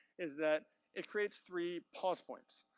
is that it creates three pause points